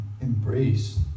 embrace